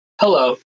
hello